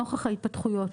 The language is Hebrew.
נוכח ההתפתחויות.